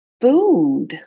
food